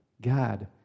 God